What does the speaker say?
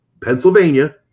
Pennsylvania